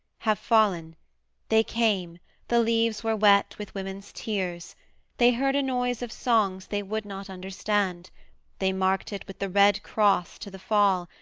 have fallen they came the leaves were wet with women's tears they heard a noise of songs they would not understand they marked it with the red cross to the fall,